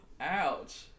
Ouch